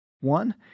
One